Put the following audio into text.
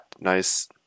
nice